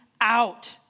out